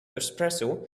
espresso